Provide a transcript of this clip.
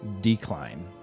decline